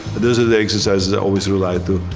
those are the exercises i always relied to,